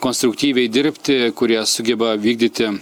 konstruktyviai dirbti kurie sugeba vykdyti